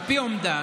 על פי אומדן,